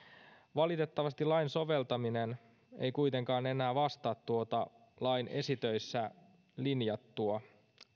valitettavasti lain soveltaminen ei kuitenkaan enää vastaa tuota lain esitöissä linjattua